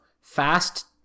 fast